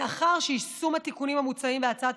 מאחר שיישום התיקונים המוצעים בהצעת